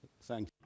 Thank